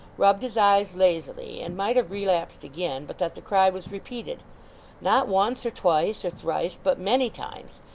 rubbed his eyes lazily and might have relapsed again, but that the cry was repeated not once or twice or thrice, but many times,